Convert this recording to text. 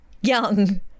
young